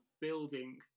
building